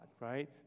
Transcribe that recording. right